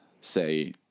say